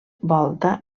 volta